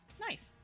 Nice